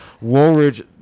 Woolridge